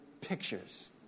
pictures